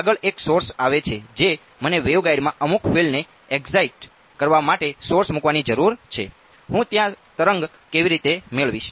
આગળ એક સોર્સ મૂકવાની જરૂર છે હું ત્યાં તરંગ કેવી રીતે મેળવીશ